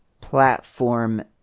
platform